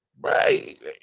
Right